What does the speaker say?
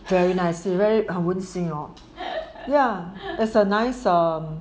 very nice very 很温馨哦 ya it's a nice um